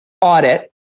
audit